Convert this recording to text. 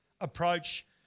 approach